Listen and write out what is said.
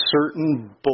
certain